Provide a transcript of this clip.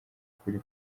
ukuri